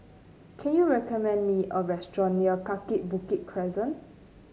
can you recommend me a restaurant near Kaki Bukit Crescent